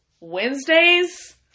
Wednesdays